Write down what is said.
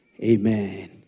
Amen